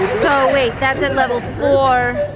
wait, that's at level four,